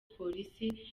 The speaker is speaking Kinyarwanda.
polisi